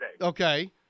Okay